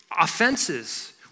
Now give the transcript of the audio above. Offenses